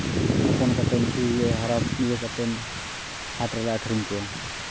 ᱦᱚᱯᱚᱱ ᱠᱟᱛᱮᱫ ᱩᱱᱠᱩ ᱞᱮ ᱦᱟᱨᱟ ᱤᱭᱟᱹ ᱠᱟᱛᱮᱫ ᱦᱟᱴ ᱨᱮᱞᱮ ᱟᱠᱷᱨᱤᱧ ᱠᱚᱣᱟ